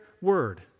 word